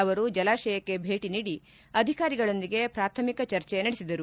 ಅವರು ಜಲಾಶಯಕ್ಷೆ ಭೇಟ ನೀಡಿ ಅಧಿಕಾರಿಗಳೊಂದಿಗೆ ಪ್ರಾಥಮಿಕ ಚರ್ಚೆ ನಡೆಸಿದರು